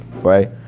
right